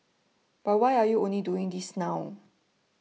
but why are you only doing this now